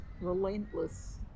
relentless